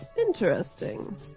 Interesting